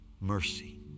Mercy